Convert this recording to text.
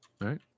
Right